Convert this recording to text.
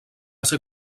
ser